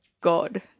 God